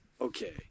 Okay